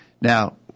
Now